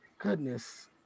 goodness